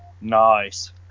Nice